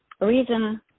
reason